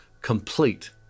complete